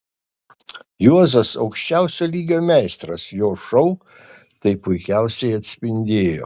juozas aukščiausio lygio meistras jo šou tai puikiausiai atspindėjo